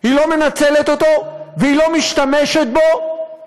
היא לא מנצלת אותו והיא לא משתמשת בו